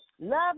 Love